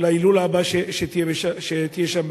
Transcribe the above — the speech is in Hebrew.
בהילולה הבאה שתהיה שם,